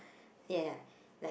yeah